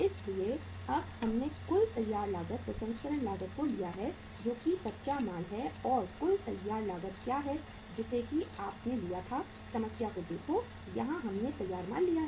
इसलिए अब हमने कुल तैयार लागत प्रसंस्करण लागत को लिया है जो कि कच्चा माल है और कुल तैयार लागत क्या है जैसे कि आपने लिया था समस्या को देखो यहाँ हमने तैयार माल लिया है